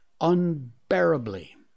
unbearably